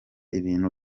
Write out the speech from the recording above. ibintu